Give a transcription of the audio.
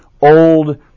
Old